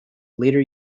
later